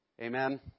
Amen